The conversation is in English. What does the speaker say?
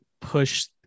push